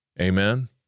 Amen